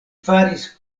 faris